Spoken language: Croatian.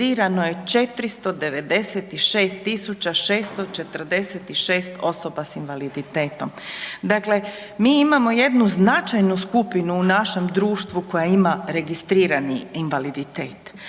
registrirano je 496.646 osoba s invaliditetom. Dakle, mi imamo jednu značajnu skupinu u našem društvu koje ima registrirani invaliditet.